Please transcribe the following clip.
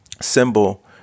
symbol